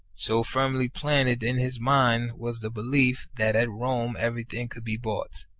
so firmly planted in his mind was the belief that at rome everything could be bought.